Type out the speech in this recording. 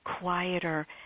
quieter